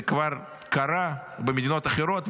זה כבר קרה במדינות אחרות.